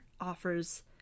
offers